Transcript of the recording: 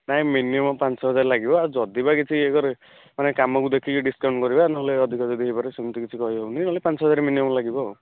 ନାଇ ମିନିମମ ପାଞ୍ଚ ହଜାର ଲାଗିବ ଆଉ ଯଦି ବା କିଛି ଇଏ କରେ ମାନେ କାମ କୁ ଦେଖିକି ଡିସକାଉଣ୍ଟ କରିବା ନହେଲେ ଅଧିକରେ ବି ହୋଇପାରେ ସେମିତି କିଛି କହିହେବନି ନହେଲେ ପାଞ୍ଚ ଛଅ ହଜାର ମିନିମମ ଲାଗିବ